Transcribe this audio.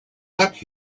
luck